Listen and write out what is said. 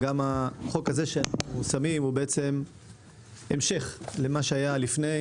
החוק הזה שאנחנו שמים הוא המשך למה שהיה לפני,